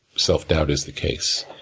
self-doubt is the case.